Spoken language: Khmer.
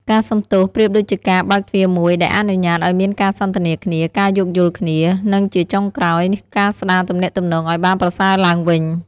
ការសុំទោសប្រៀបដូចជាការបើកទ្វារមួយ ដែលអនុញ្ញាតឱ្យមានការសន្ទនាគ្នា ការយោគយល់គ្នា និងជាចុងក្រោយ ការស្ដារទំនាក់ទំនងឱ្យបានប្រសើរឡើងវិញ។